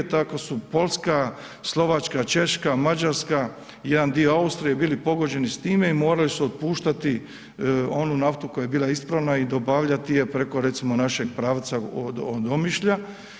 Tako su Poljska, Slovačka, Češka, Mađarska i jedan dio Austrije bili pogođeni s time i morali su otpuštati onu naftu koja je bila ispravna i dobavljati je preko recimo našeg pravca od Omišlja.